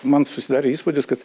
man susidarė įspūdis kad